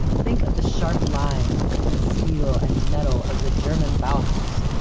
think of the sharp lines and steel and metal of the german bauhaus,